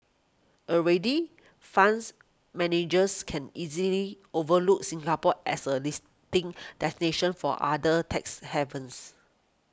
already fans managers can easily overlook Singapore as a listing destination for other tax havens